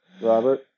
Robert